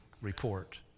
report